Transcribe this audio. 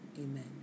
Amen